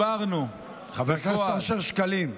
חבר הכנסת אושר שקלים,